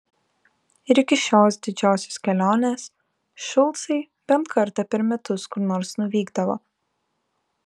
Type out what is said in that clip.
ir iki šios didžiosios kelionės šulcai bent kartą per metus kur nors nuvykdavo